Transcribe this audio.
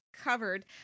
covered